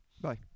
Bye